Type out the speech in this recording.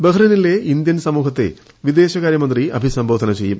ബഹ്റിനിലെ Indian സമൂഹത്തെ വിദേശകാര്യമന്ത്രി അഭിസംബോധന ചെയ്യും